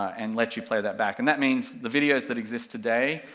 and let you play that back, and that means the videos that exist today,